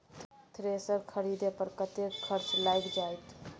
Thresher खरीदे पर कतेक खर्च लाईग जाईत?